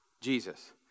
Jesus